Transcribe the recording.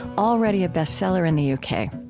already a bestseller in the u k.